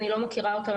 אני לא מכירה אותה,